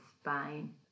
spine